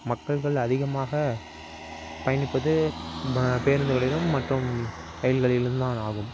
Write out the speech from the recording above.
மக்கள்கள் அதிகமாக பயணிப்பது பேருந்துகளிலும் மற்றும் ரயில்களிலும் தான் ஆகும்